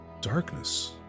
darkness